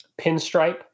Pinstripe